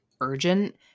urgent